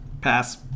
Pass